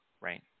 right